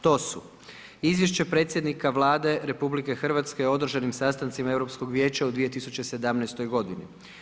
To su Izvješće predsjednika Vlade RH o održanim sastancima Europskog vijeća u 2017. godini.